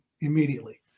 immediately